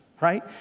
right